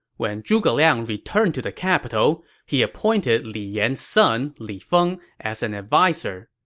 when zhuge liang returned to the capital, he appointed li yan's son, li feng, as an adviser.